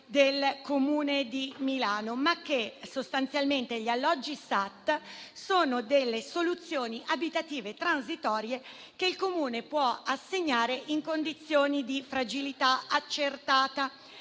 del Comune di Milano, ma sostanzialmente gli alloggi SAT sono delle soluzioni abitative transitorie che il Comune può assegnare in condizioni di fragilità accertata,